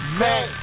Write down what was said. man